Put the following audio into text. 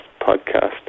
podcast